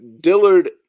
Dillard